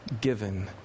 given